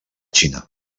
xina